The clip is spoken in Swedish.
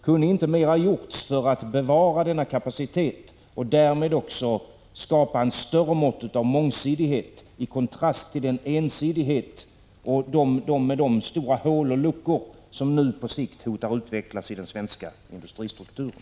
Kunde inte mer ha gjorts för att bevara denna kapacitet och därmed också skapa ett större mått av mångsidighet, i kontrast till den ensidighet med de stora hål och luckor som nu på sikt hotar att utvecklas i den svenska industristrukturen?